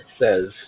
says